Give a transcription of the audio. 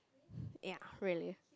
ya really